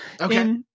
Okay